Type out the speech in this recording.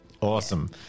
Awesome